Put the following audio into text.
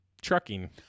trucking